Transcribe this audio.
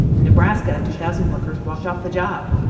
in nebraska, two thousand workers walked off the job.